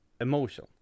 emotion